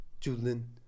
julian